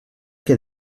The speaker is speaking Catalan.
que